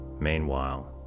Meanwhile